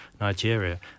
Nigeria